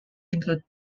include